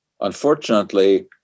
Unfortunately